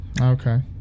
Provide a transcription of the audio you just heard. Okay